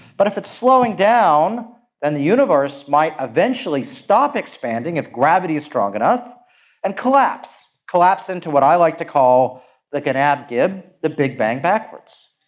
but if it's slowing down then the universe might eventually stop expanding if gravity is strong enough and collapse, collapse into what i like to call the like gnab gib, the big bang backwards.